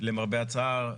למרבה הצער,